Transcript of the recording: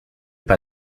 pas